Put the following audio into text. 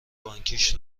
بانکیش